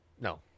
no